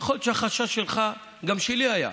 יכול להיות שהחשש שלך, גם שלי היה.